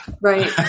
Right